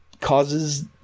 causes